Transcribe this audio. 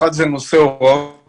אחד, הוראות